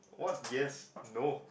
what yes no